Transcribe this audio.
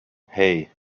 hei